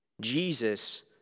Jesus